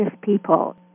people